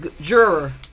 Juror